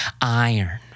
iron